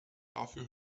dafür